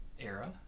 era